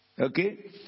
Okay